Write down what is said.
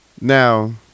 Now